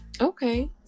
Okay